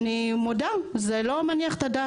אני מודה, זה לא מניח את הדעת.